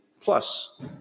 plus